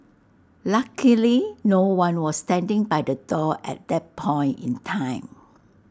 luckily no one was standing by the door at that point in time